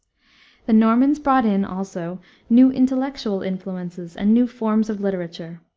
the normans brought in also new intellectual influences and new forms of literature.